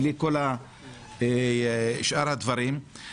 בלי כל שאר הדברים.